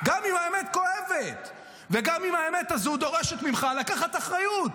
גם אם האמת כואבת וגם אם האמת הזו דורשת ממך לקחת אחריות,